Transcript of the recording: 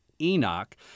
Enoch